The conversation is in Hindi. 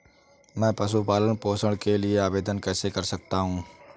मैं पशु पालन पोषण के लिए आवेदन कैसे कर सकता हूँ?